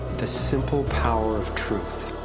the simple power of truth.